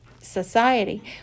society